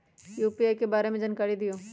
UPI के बारे में जानकारी दियौ?